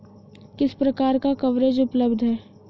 किस प्रकार का कवरेज उपलब्ध है?